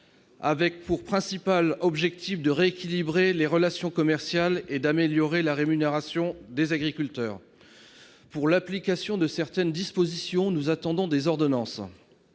avec pour principal objectif de rééquilibrer les relations commerciales et d'améliorer la rémunération des agriculteurs. Pour l'application de certaines de ses dispositions, nous attendons des ordonnances.